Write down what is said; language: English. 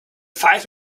fight